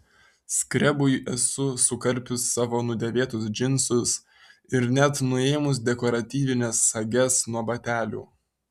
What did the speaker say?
skrebui esu sukarpius savo nudėvėtus džinsus ir net nuėmus dekoratyvines sages nuo batelių